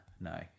no